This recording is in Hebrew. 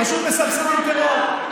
פשוט מסבסדים טרור.